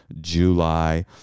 July